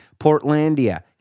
Portlandia